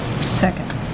Second